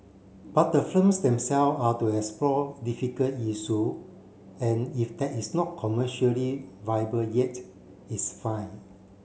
but the films them self are to explore difficult issue and if that is not commercially viable yet it's fine